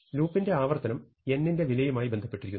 ലൂപ്പിന്റെ ആവർത്തനം n ന്റെ വിലയുമായി ബന്ധപ്പെട്ടിരിക്കുന്നു